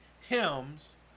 hymns